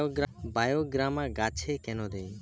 বায়োগ্রামা গাছে কেন দেয়?